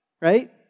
right